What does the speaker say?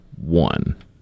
one